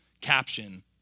caption